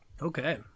Okay